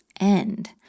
end